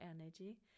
energy